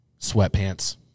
sweatpants